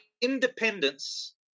independence